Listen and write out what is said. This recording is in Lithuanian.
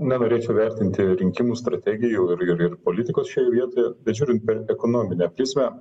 nenorėčiau vertinti rinkimų strategijų ir ir ir politikos šioje vietoje bet žiūrint per ekonominę prizmę